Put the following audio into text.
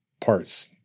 parts